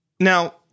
Now